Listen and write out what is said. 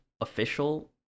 official